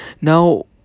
Now